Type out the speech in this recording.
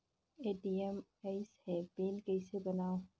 ATM आइस ह pin कइसे बनाओ?